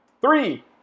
Three